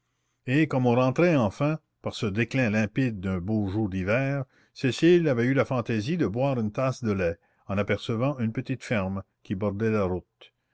et comme on rentrait enfin par ce déclin limpide d'un beau jour d'hiver cécile avait eu la fantaisie de boire une tasse de lait en apercevant une petite ferme qui bordait la route